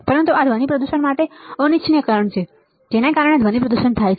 પરંતુ આ ધ્વનિ પ્રદૂષણ માટે આ અનિચ્છનીય કારણ છે જેના કારણે ધ્વનિ પ્રદૂષણ થાય છે